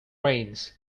rains